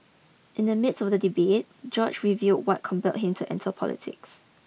in the midst of the debate George reveal what compell him to enter politics